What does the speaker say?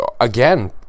again